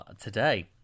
today